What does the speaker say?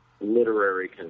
literary